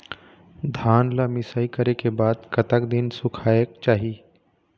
धान ला मिसाई करे के बाद कतक दिन सुखायेक चाही?